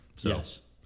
Yes